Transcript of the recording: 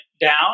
down